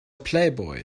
playboy